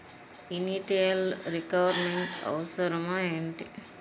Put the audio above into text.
Initial requirement అవసరం ఎంటి?